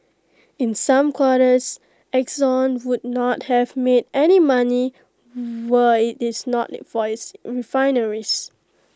in some quarters exxon would not have made any money were IT is not for its refineries